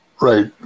Right